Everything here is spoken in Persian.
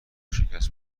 شکست